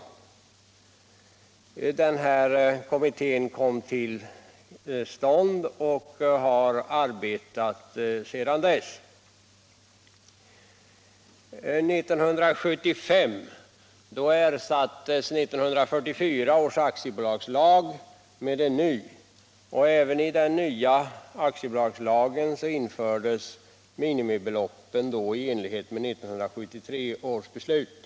En kommitté för att utreda detta kom till stånd och har arbetat sedan dess. År 1975 ersattes 1944 års aktiebolagslag med en ny, och även i denna nya lag infördes minimibeloppen i enlighet med 1973 års beslut.